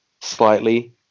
slightly